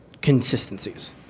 consistencies